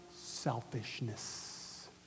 selfishness